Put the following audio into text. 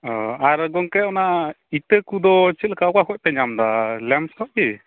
ᱚ ᱟᱨ ᱜᱚᱝᱠᱮ ᱚᱱᱟ ᱤᱛᱟᱹ ᱠᱚᱫᱚ ᱪᱮᱫ ᱞᱮᱠᱟ ᱚᱠᱟ ᱠᱷᱚᱱ ᱯᱮ ᱧᱟᱢᱮᱫᱟ ᱞᱮᱢᱯ ᱠᱷᱚᱱ ᱠᱤ